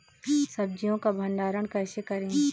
सब्जियों का भंडारण कैसे करें?